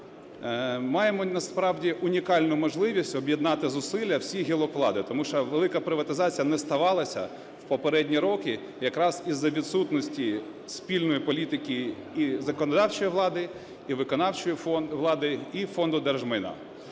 Маємо насправді унікальну можливість об'єднати зусилля всіх гілок влади, тому що велика приватизація не ставалася в попередні роки якраз із-за відсутності спільної політики і законодавчої влади, і виконавчої влади, і Фонду держмайна.